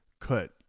cut